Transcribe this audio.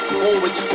forward